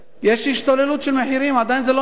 יש השתוללות של מחירים, עדיין זה לא נרגע.